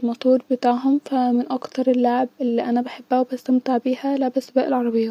فرحانهالك لما بتبقي تعبان بتفضل قاعده جمبك-عشان بتبقب خايفه عليك لغايه لما تخف لما بتبقي زعلان بتحاول علي قد ما تقدر-انها تطلعك من الي انت فيه وتبقي فرحان